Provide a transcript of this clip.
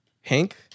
Hank